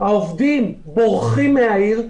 העובדים בורחים מהעיר,